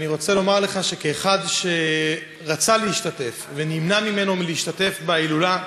ואני רוצה לומר לך שכאחד שרצה להשתתף ונמנע ממנו להשתתף בהילולה,